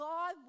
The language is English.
God